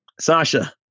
Sasha